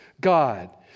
God